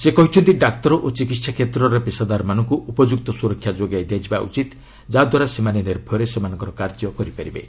ସେ କହିଛନ୍ତି ଡାକ୍ତର ଓ ଚିକିତ୍ସା କ୍ଷେତ୍ରର ପେସାଦାରମାନଙ୍କୁ ଉପଯୁକ୍ତ ସୁରକ୍ଷା ଯୋଗାଇ ଦିଆଯିବା ଉଚିତ୍ ଯାହାଦ୍ୱାରା ସେମାନେ ନିର୍ଭୟରେ ସେମାନଙ୍କ କାର୍ଯ୍ୟ କରିପାରିବେ